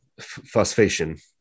phosphation